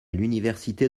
l’université